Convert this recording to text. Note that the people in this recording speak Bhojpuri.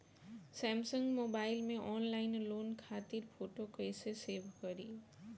सैमसंग मोबाइल में ऑनलाइन लोन खातिर फोटो कैसे सेभ करीं?